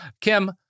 Kim